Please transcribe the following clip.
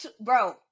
Bro